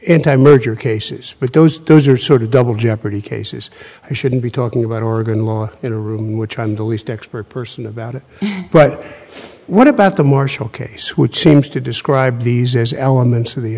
time merger cases but those those are sort of double jeopardy cases i shouldn't be talking about oregon law in a room which i'm the least expert person about it but what about the marshall case which seems to describe these elements of the